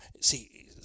see